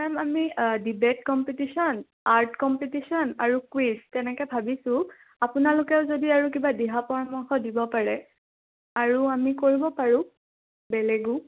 ma'am আমি debate competition art competition আৰু quiz তেনেকৈ ভাবিছোঁ আপোনালোকেও যদি আৰু কিবা দিহা পৰামৰ্শ দিব পাৰে আৰু আমি কৰিব পাৰোঁ বেলেগো